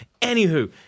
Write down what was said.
Anywho